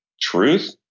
truth